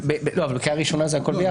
לא, אבל בקריאה ראשונה זה הכל ביחד.